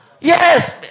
Yes